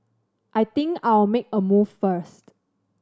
I think I'll make a move first